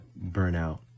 burnout